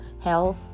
health